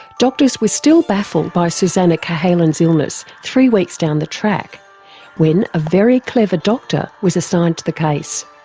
doctors were still baffled by susannah cahalan's illness three weeks down the track when a very clever doctor was assigned to the case.